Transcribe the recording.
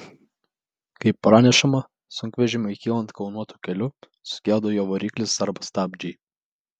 kaip pranešama sunkvežimiui kylant kalnuotu keliu sugedo jo variklis arba stabdžiai